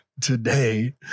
Today